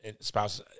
spouse